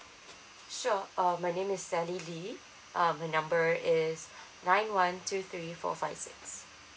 sure um my name is sally lee um my number is nine one two three four five six